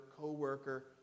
Coworker